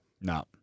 No